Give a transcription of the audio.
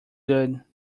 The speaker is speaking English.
good